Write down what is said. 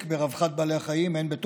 ברווחת בעלי החיים בהתאם לדרישותיו,